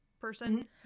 person